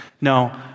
No